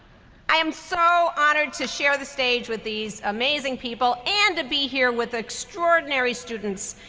i am so honored to share the stage with these amazing people, and to be here with extraordinary students.